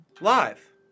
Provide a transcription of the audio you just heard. live